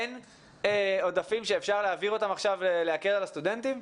אין עודפים שאפשר להעביר אותם עכשיו להקל על הסטודנטים?